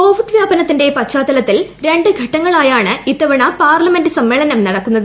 Covid വ്യാപനത്തിന്റെ പശ്ചാത്തലത്തിൽ രണ്ട് ഘട്ടങ്ങളായാണ് ഇത്തവണ പാർലമെന്റ് സമ്മേളനം നടക്കുന്നത്